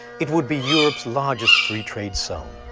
it would be europe's largest free trade zone.